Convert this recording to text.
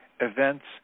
events